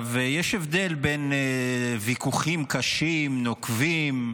יש הבדל בין ויכוחים קשים, נוקבים,